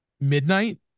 midnight